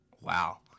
Wow